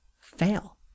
fail